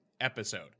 episode